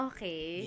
Okay